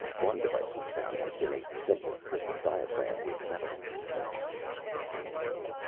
one device we found had been a simple crystal diaphragm with metal details a radio.